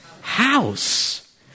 House